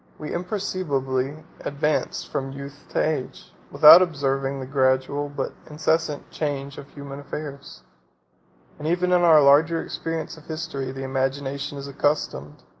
we imperceptibly advance from youth to age, without observing the gradual, but incessant, change of human affairs and even in our larger experience of history, the imagination is accustomed,